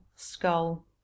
Skull